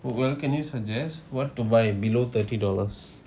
well can you suggest what to buy below thirty dollars